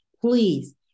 please